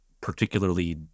particularly